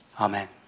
Amen